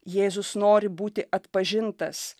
jėzus nori būti atpažintas